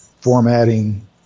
formatting